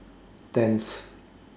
tenth